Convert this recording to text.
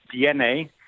DNA